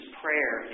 prayer